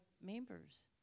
members